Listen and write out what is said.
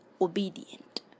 obedient